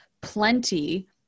plenty